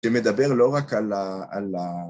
שמדבר לא רק על ה...